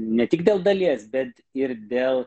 ne tik dėl dalies bet ir dėl